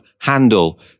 handle